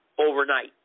overnight